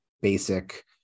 basic